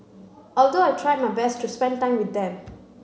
although I tried my best to spend time with them